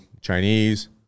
Chinese